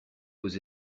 aux